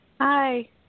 Hi